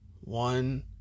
one